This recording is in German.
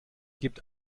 gibt